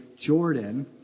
Jordan